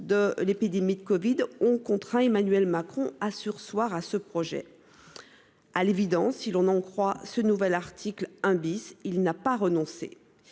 à l'épidémie de covid-19 ont ensuite contraint Emmanuel Macron à surseoir à ce projet. À l'évidence, si l'on en juge par ce nouvel article 1 , il n'y a pas renoncé.